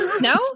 No